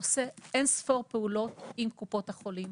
עושה אינספור פעולות עם קופות החולים.